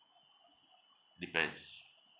depends